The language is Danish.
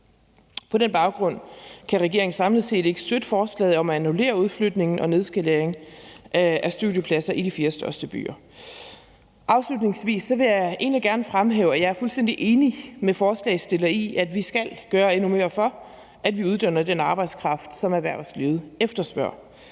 På den baggrund kan regeringen samlet set ikke støtte forslaget om at annullere udflytningen og nedskaleringen af studiepladser i de fire største byer. Kl. 16:34 Afslutningsvis vil jeg egentlig gerne fremhæve, at jeg er fuldstændig enig med forslagsstillerne i, at vi skal gøre endnu mere for, at vi uddanner den arbejdskraft, som erhvervslivet efterspørger.